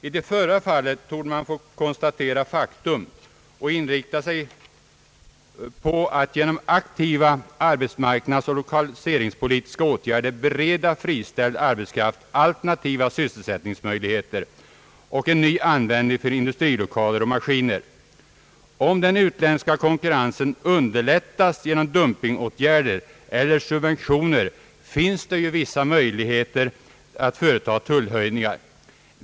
I det förra fallet torde man få konstatera faktum och inrikta sig på att genom aktiva arbetsmarknadsoch lokaliseringspolitiska åtgärder bereda friställd arbetskraft alternativa sysselsättningsmöjligheter och en ny användning för industrilokaler och maskiner. Om den utländska konkurrensen underlättas genom dumping-åtgärder eller subvetioner, finns det ju vissa möjligheter att höja tullarna.